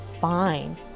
fine